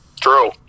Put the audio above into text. True